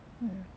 ya